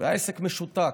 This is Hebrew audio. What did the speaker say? והעסק משותק.